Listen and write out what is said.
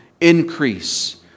increase